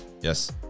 Yes